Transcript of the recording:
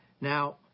Now